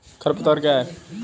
खरपतवार क्या है?